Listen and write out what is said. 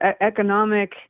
economic